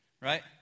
right